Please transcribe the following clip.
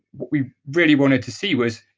what we really wanted to see was,